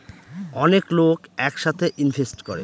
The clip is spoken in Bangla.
অনেক লোক এক সাথে ইনভেস্ট করে